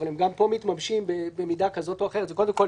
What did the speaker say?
אבל הם גם פה מתממשים במידה כזאת או אחרת זה קודם כול,